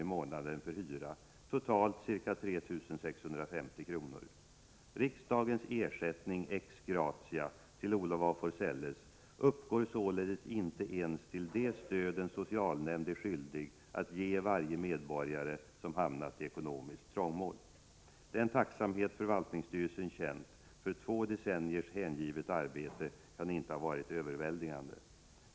i månaden för hyra, totalt ca 3 650 kr. Riksdagens ersättning ”ex gratia” till Olof af Forselles uppgår således inte ens till det stöd en socialnämnd är skyldig att ge varje medborgare som hamnat i ekonomiskt trångmål. Den tacksamhet förvaltningsstyrelsen känt för två decenniers hängivet arbete kan inte ha varit överväldigande.